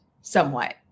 somewhat